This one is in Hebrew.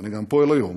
ואני גם פועל היום,